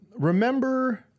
remember